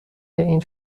این